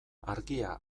argia